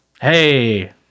hey